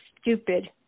stupid